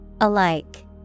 alike